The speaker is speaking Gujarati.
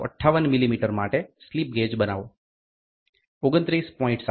758 મીમી માટે સ્લિપ ગેજ બનાવો 29